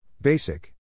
Basic